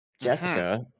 Jessica